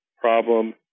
problem